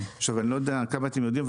אני לא יודע עד כמה אתם יודעים,